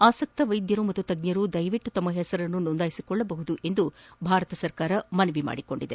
ಆಸಕ್ತ ವೈದ್ಯರು ಮತ್ತು ತಜ್ಞರು ದಯವಿಟ್ಟು ತಮ್ಮ ಹೆಸರನ್ನು ನೋಂದಾಯಿಸಿ ಕೊಳ್ಳಬಹುದು ಎಂದು ಭಾರತ ಸರ್ಕಾರ ಮನವಿ ಮಾಡಿದೆ